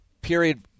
period